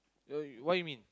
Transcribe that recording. no you what you mean